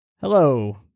Hello